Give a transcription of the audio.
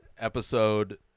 episode